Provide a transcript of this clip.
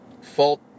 fault